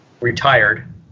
retired